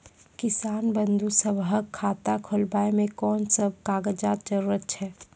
किसान बंधु सभहक खाता खोलाबै मे कून सभ कागजक जरूरत छै?